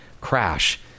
crash